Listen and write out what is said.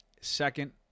Second